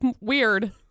weird